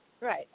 Right